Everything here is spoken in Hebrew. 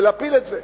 ולהפיל את זה,